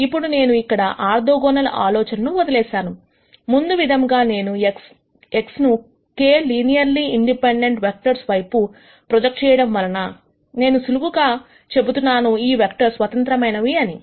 ఇప్పుడు నేను ఇక్కడ ఆర్థోగోనల్ ఆలోచనను వదిలేశాను ముందు విధంగా నేను X ను k లినియర్లీ ఇండిపెండెంట్ వెక్టర్స్ వైపు ప్రొజెక్ట్ చేయడం వలన నేను సులువుగా చెబుతున్నాను ఈ వెక్టర్స్ స్వతంత్రమైనవి అని